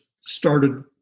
started